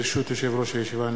ברשות יושב-ראש הישיבה,